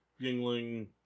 Yingling